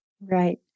Right